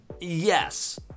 Yes